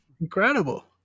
Incredible